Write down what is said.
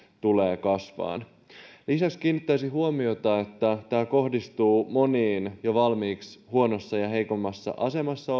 tulevat kasvamaan lisäksi kiinnittäisin huomiota siihen että tämä kohdistuu moniin jo valmiiksi huonossa ja heikommassa asemassa